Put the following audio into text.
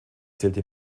zählte